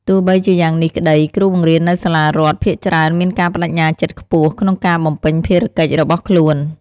ទោះបីជាយ៉ាងនេះក្តី គ្រូបង្រៀននៅសាលារដ្ឋភាគច្រើនមានការប្តេជ្ញាចិត្តខ្ពស់ ក្នុងការបំពេញភារកិច្ចរបស់ខ្លួន។